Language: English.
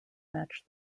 match